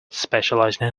specialising